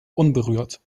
unberührt